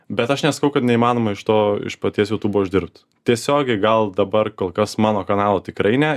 bet aš nesakau kad neįmanoma iš to iš paties jutubo uždirbt tiesiogiai gal dabar kol kas mano kanalui tikrai ne